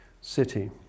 city